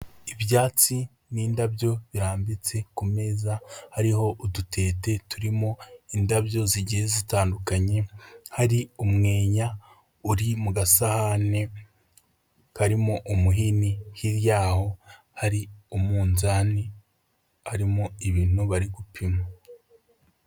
Ibyatsi n'indabyo birambitse ku meza hariho udutete turimo indabyo zigiye zitandukanye, hari umweya uri mu gasahane karimo umuhini, hirya yaho hari umunzani harimo ibintu bari gupima.